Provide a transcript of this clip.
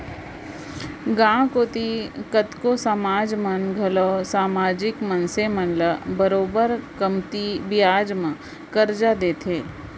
गॉंव कोती कतको समाज मन घलौ समाजिक मनसे मन ल बरोबर कमती बियाज म करजा देथे